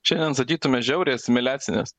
šiandien sakytume žiauriai asimiliacinės